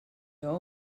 your